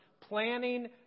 planning